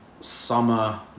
summer